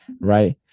right